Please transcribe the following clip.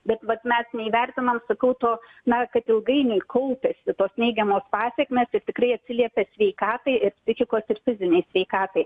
bet vat met neįvertinam sakau to na kad ilgainiui kaupiasi tos neigiamos pasekmės ir tikrai atsiliepia sveikatai ir psichikos ir fizinei sveikatai